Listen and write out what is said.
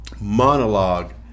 monologue